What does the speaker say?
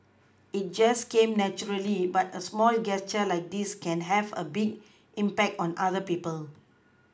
it just came naturally but a small gesture like this can have a big impact on other people